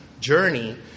journey